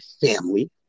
family